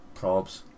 Probs